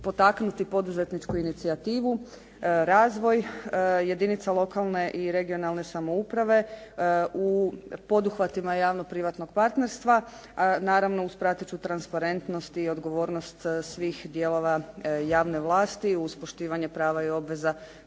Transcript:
potaknuti poduzetničku inicijativu, razvoj jedinica lokalne i regionalne samouprave u poduhvatima javno-privatnog partnerstva, a naravno uz prateću transparentnost i odgovornost svih dijelova javne vlasti uz poštivanje prava i obveza